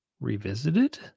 Revisited